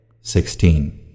Sixteen